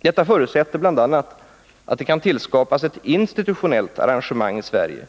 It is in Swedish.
Detta förutsätter bl.a. att det tillskapas ett institutionellt arrangemang i Sverige